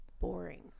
boring